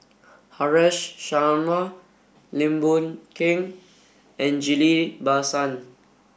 Haresh Sharma Lim Boon Keng and Ghillie Basan